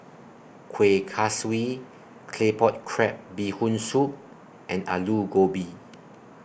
Kuih Kaswi Claypot Crab Bee Hoon Soup and Aloo Gobi